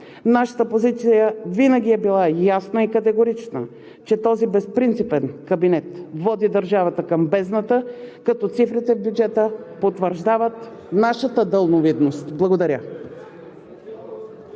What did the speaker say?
Нашата позиция винаги е била ясна и категорична, че този безпринципен кабинет води държавата към бездната, като цифрите в бюджета потвърждават нашата далновидност. Благодаря.